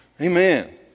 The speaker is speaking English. Amen